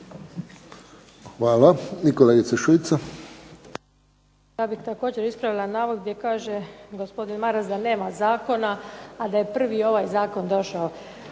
Hvala. I kolegica Šuica.